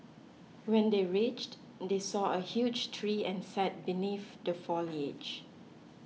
when they reached they saw a huge tree and sat beneath the foliage